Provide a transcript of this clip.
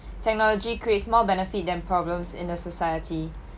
technology creates more benefit than problems in the society